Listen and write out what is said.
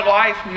life